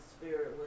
spirit